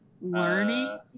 learning